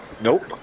Nope